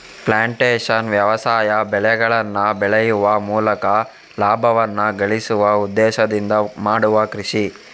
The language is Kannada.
ಪ್ಲಾಂಟೇಶನ್ ವ್ಯವಸಾಯ ಬೆಳೆಗಳನ್ನ ಬೆಳೆಯುವ ಮೂಲಕ ಲಾಭವನ್ನ ಗಳಿಸುವ ಉದ್ದೇಶದಿಂದ ಮಾಡುವ ಕೃಷಿ